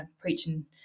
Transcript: preaching